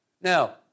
Now